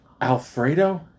Alfredo